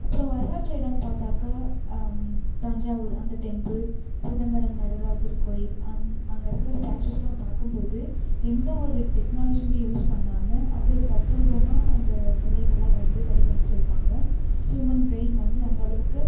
அப்பறம் வரலாற்று இடம்னு பார்த்தாக்கா தஞ்சாவூர் அந்த டெம்ப்பிள் சிதம்பரம் நடராஜர் கோவில் அங்கே இருக்கிற ஸ்டாச்சுஸ்லாம் பார்க்கும் போது எந்தவொரு டெக்னாலஜியுமே யூஸ் பண்ணாமல் அவ்வளோ தத்ரூபமாக அந்த சிலைகள்லாம் வந்து வடிவமச்சுருப்பாங்க ஹியூமன் பிரைன் வந்து அந்த அளவுக்கு